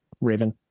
raven